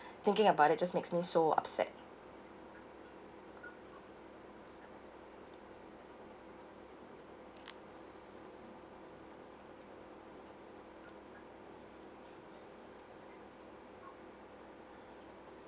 thinking about it just makes me so upset